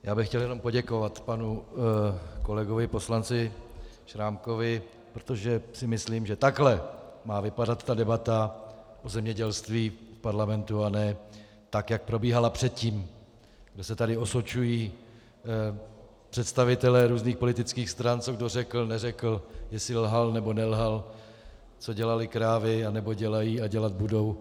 Já bych chtěl jenom poděkovat panu kolegovi poslanci Šrámkovi, protože si myslím, že takhle má vypadat debata o zemědělství v parlamentu, a ne tak, jak probíhala předtím, kdy se tady osočují představitelé různých politických stran, co kdo řekl, neřekl, jestli lhal, nebo nelhal, co dělaly krávy anebo dělají a dělat budou.